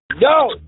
Yo